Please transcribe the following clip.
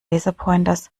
laserpointers